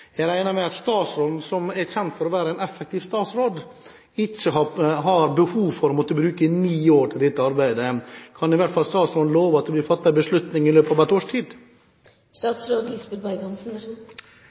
Jeg regner med at statsråden, som er kjent for å være en effektiv statsråd, ikke har behov for å måtte bruke ni år på dette arbeidet. Kan i hvert fall statsråden love at det blir fattet en beslutning i løpet av ett års